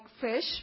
fish